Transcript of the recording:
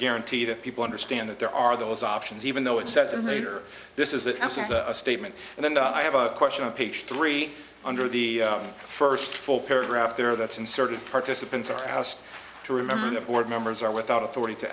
guarantee that people understand that there are those options even though it says in here this is a statement and then i have a question on page three under the first full paragraph there that's inserted participants are asked to remember the board members are without authority to